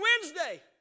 Wednesday